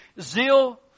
zeal